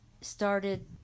started